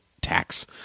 tax